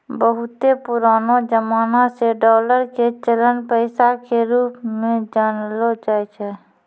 बहुते पुरानो जमाना से डालर के चलन पैसा के रुप मे जानलो जाय छै